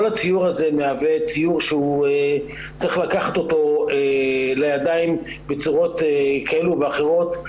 כל הציור הזה מהווה ציור שצריך לקחת אותו לידיים בצורות כאלה ואחרות.